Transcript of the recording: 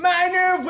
Minor